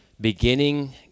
beginning